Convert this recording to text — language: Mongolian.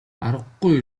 аргагүй